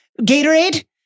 Gatorade